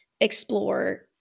explore